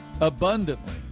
abundantly